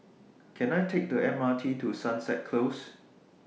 Can I Take The MRT to Sunset Close